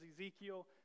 Ezekiel